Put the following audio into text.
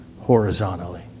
horizontally